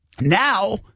Now